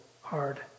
hard